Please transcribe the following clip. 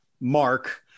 mark